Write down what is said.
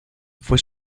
fue